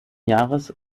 jahres